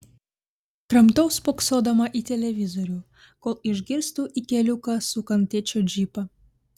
kramtau spoksodama į televizorių kol išgirstu į keliuką sukant tėčio džipą